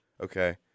Okay